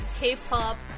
K-pop